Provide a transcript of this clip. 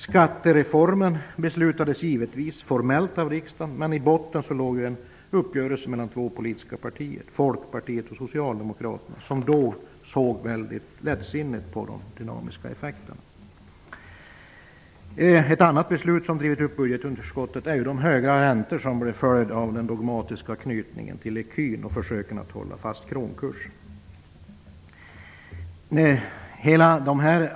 Skattereformen beslutades givetvis formellt av riksdagen, men i botten låg en uppgörelse mellan två politiska partier, Folkpartiet och Socialdemokraterna, som då såg väldigt lättsinnigt på de dynamiska effekterna. Ett annat beslut som drivit upp budgetunderskottet är de höga räntor som blev följden av den dogmatiska knytningen till ecun och försöken att hålla fast kronkursen.